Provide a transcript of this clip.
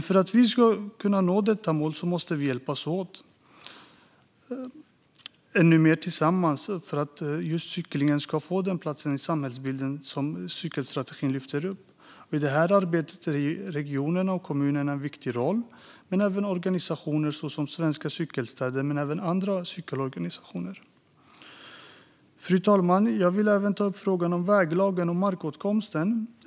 För att vi ska kunna nå detta mål måste vi hjälpas åt och göra ännu mer tillsammans för att cykeln ska få precis den plats i samhällsbilden som lyfts fram i cykelstrategin. I detta arbete har regionerna och kommunerna en viktig roll men även organisationer som Svenska Cykelstäder och andra cykelorganisationer. Fru talman! Jag vill även ta upp frågan om väglagen och markåtkomst.